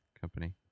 company